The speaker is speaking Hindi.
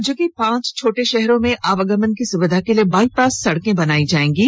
राज्य के पांच छोटे शहरों में अवागमन की सुविधा के लिए बाईपास सड़कें बनायी जाएंगी